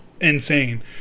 insane